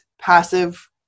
passive